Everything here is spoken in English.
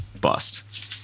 bust